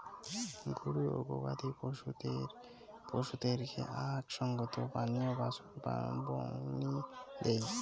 গরু ও গবাদি পছুদেরকে আক সঙ্গত পানীয়ে বাছুর বংনি দেই